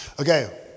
Okay